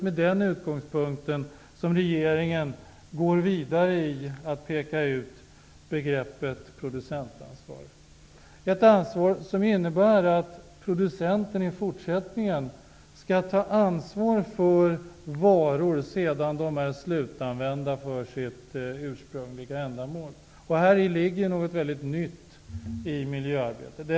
Med den utgångspunkten går regeringen vidare och pekar ut begreppet producentansvar, som innebär att producenten i fortsättningen skall ta ansvaret för en vara sedan den är slutanvänd för sitt ursprungliga ändamål. Häri ligger något väldigt nytt i miljöarbetet.